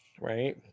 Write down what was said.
Right